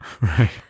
Right